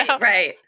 Right